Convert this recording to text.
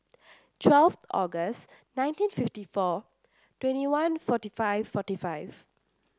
twelve August nineteen fifty four twenty one forty five forty five